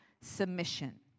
submission